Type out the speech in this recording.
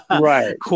Right